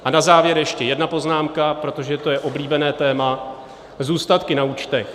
A na závěr ještě jedna poznámka, protože to je oblíbené téma zůstatky na účtech.